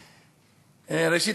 ראשית,